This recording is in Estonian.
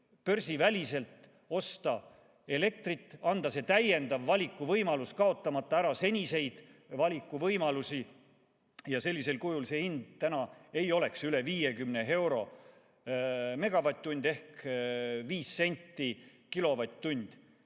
börsiväliselt osta elektrit, anda see täiendav valikuvõimalus, kaotamata ära seniseid valikuvõimalusi. Sellisel kujul ei oleks hind täna üle 50 euro megavatt-tunni eest ehk 5 senti kilovatt-tunni